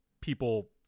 people